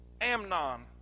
Amnon